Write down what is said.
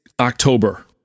October